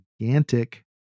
gigantic